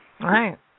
Right